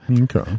Okay